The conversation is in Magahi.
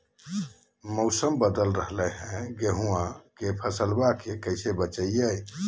मौसम बदल रहलै है गेहूँआ के फसलबा के कैसे बचैये?